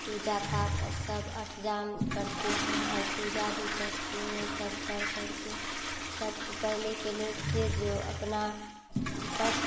पूजा पाठ सब अष्टयाम करते हैं और पूजा भी करते हैं सब कर करके सब पहले के लोग थे जो अपना सब